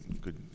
good